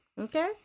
Okay